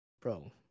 bro